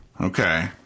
Okay